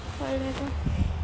ಒಳ್ಳೆಯದು